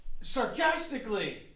sarcastically